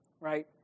right